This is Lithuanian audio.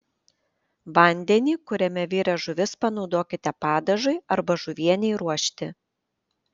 vandenį kuriame virė žuvis panaudokite padažui arba žuvienei ruošti